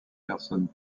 personne